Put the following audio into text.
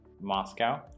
Moscow